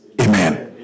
Amen